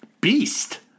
Beast